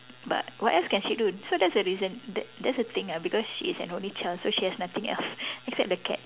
but what else can she do so that's the reason that that's the thing ah because she is an only child so she has nothing else except the cat